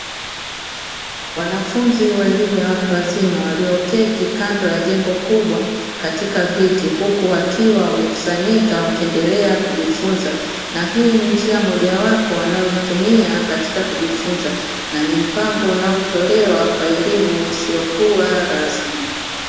Wanafunzi wa elimu ya watu wazima walioketi kando ya jengo kubwa katika viti, huku wakiwa wamekusanyika wakiendelea kujifunza, na hii ni njia mojawapo wanayoitumia katika kujifunza na ni mpango unaotolewa kwa elimu isiyokua rasmi.